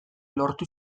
lortu